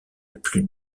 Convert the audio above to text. plus